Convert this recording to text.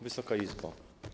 Wysoka Izbo!